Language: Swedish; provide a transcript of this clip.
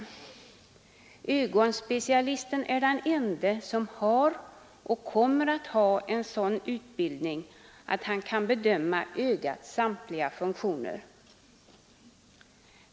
Ögonspecialisten är den ende, som har och kommer att ha en sådan utbildning, att han kan bedöma ögats samtliga funktioner.